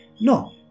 No